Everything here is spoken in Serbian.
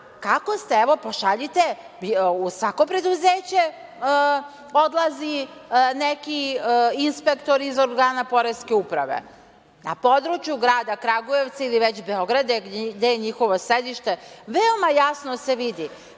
poslovanju. Pošaljite, u svako preduzeće odlazi jedan inspektor iz organa Poreske uprave. Na području grada Kragujevca ili Beograda, već gde je njihovo sedište, veoma jasno se vidi